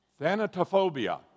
thanatophobia